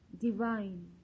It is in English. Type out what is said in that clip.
divine